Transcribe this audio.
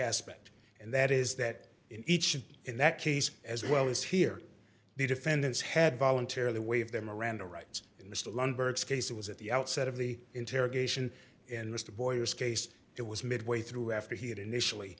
aspect and that is that in each and in that case as well as here the defendants had voluntarily waived their miranda rights in this lundberg case it was at the outset of the interrogation and mr boyers case it was midway through after he had initially